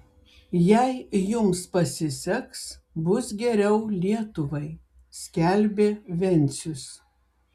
jei jums pasiseks bus geriau lietuvai skelbė vencius